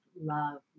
love